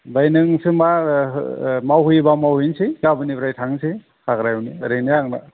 आमफ्राय नोंसो मा मावहोयोब्ला मावहैसै गाबोन निफ्राय थांसै हाग्रा एवनो ओरैनो आंना